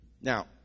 Now